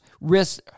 risk